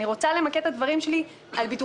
אני רוצה למקד את הדברים שלי בביטוחי